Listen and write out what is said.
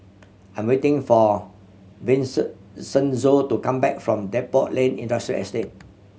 I'm waiting for to come back from Depot Lane Industrial Estate